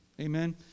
Amen